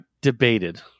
debated